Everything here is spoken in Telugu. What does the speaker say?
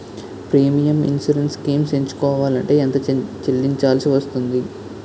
ప్రీమియం ఇన్సురెన్స్ స్కీమ్స్ ఎంచుకోవలంటే ఎంత చల్లించాల్సివస్తుంది??